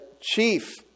chief